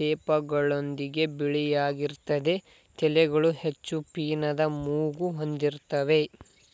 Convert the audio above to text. ತೇಪೆಗಳೊಂದಿಗೆ ಬಿಳಿಯಾಗಿರ್ತದೆ ತಲೆಗಳು ಹೆಚ್ಚು ಪೀನದ ಮೂಗು ಹೊಂದಿರ್ತವೆ